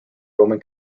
roman